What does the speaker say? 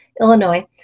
Illinois